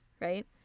Right